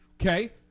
Okay